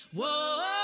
Whoa